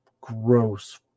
gross